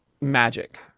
magic